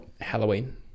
Halloween